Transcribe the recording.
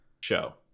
show